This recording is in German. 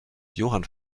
johann